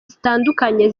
zitandukanye